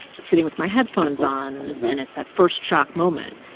sitting with my headphones on. and it's that first shock moment.